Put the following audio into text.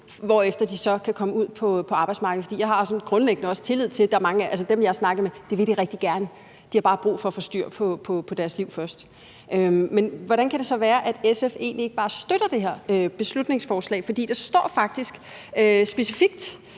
hvorefter de så kan komme ud på arbejdsmarkedet. Dem, jeg har snakket med, vil det rigtig gerne – det har jeg en grundlæggende tillid til – men de har bare brug for at få styr på deres liv først. Men hvordan kan det så være, at SF egentlig ikke bare støtter det her beslutningsforslag? For der står faktisk specifikt,